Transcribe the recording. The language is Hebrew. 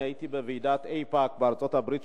אני הייתי בוועידת איפא"ק בארצות-הברית,